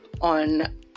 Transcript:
on